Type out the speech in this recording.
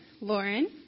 Lauren